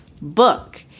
book